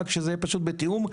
רק שזה פשוט בתיאום,